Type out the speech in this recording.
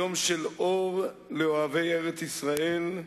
יום של אור לאוהבי ארץ-ישראל,